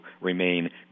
remain